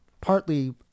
partly